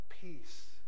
peace